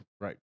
Right